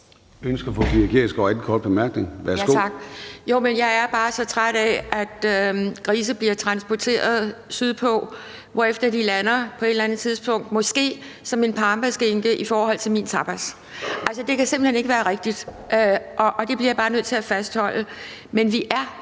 Kl. 16:45 Pia Kjærsgaard (DF): Tak. Men jeg er bare så træt af, at grise bliver transporteret sydpå, hvorefter de måske på et eller andet tidspunkt lander som en parmaskinke i min tapas. Altså, det kan simpelt hen ikke være rigtigt, og det bliver jeg bare nødt til at fastholde. Men vi er